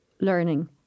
learning